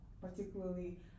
particularly